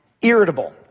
irritable